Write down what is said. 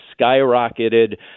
skyrocketed